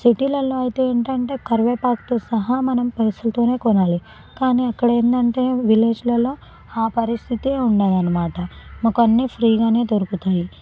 సిటీల్లో ఐతే ఏంటంటే కరివేపాకుతో సహా మనం పైసలతోనే కొనాలి కానీ అక్కడ ఏంటంటే విలేజ్లలో ఆ పరిస్థితే ఉండదన్నమాట మాకు అన్నీ ఫ్రీగానే దొరుకుతాయి